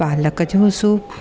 पालक जो सूप